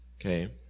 okay